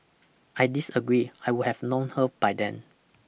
I disagree I would have known her by then